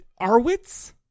Arwitz